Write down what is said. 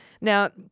Now